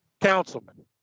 Councilman